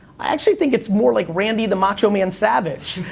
i actually think it's more like randy the macho man savage.